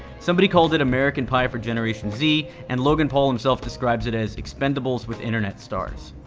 somebody called it american pie for generation z and logan paul himself describes it as, expendables with internet stars.